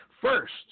first